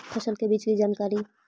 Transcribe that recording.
फसल के बीज की जानकारी?